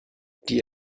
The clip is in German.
die